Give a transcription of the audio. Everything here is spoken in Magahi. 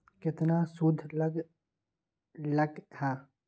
केतना सूद लग लक ह?